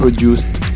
produced